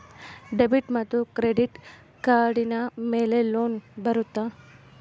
Debit ಮತ್ತು credit ಕಾರ್ಡಿನ ಮೇಲೆ ಲೋನ್ ಬರುತ್ತಾ?